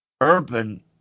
Urban